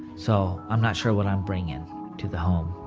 so i'm not sure what i'm bringing to the home